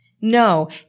No